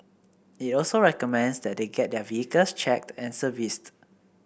it also recommends that they get their vehicles checked and serviced